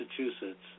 Massachusetts